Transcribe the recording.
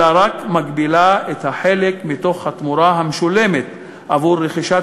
אלא רק מגבילה את החלק מתוך התמורה המשולמת עבור רכישת